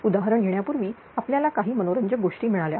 उदाहरण घेण्यापूर्वी आपल्याला काही मनोरंजक गोष्टी मिळाल्या